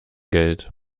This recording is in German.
geld